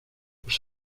los